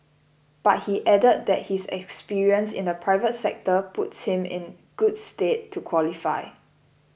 but he added that his experience in the private sector puts him in good stead to qualify